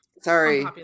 Sorry